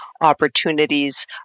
opportunities